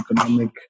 economic